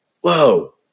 whoa